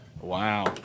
Wow